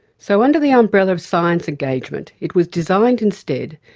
so under the umbrella of science engagement, it was designed instead,